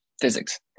physics